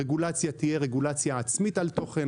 רגולציה תהיה רגולציה עצמית על תוכן,